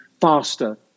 faster